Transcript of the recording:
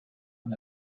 and